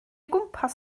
gwmpas